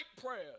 prayers